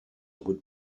would